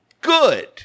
good